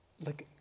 look